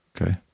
Okay